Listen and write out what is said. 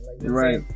Right